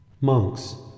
Monks